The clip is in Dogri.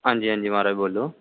आं जी आं जी म्हाराज बोल्लो